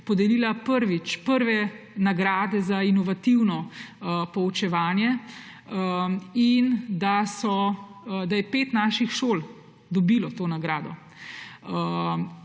podelila prvič, prve nagrade za inovativno poučevanje in da je pet naših šol dobilo to nagrado.